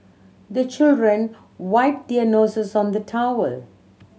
the children wipe their noses on the towel